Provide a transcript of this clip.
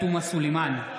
סלימאן,